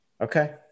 okay